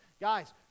Guys